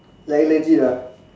like legit ah